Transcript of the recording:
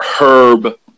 Herb